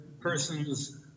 persons